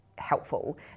helpful